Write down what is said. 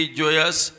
joyous